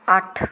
ਅੱਠ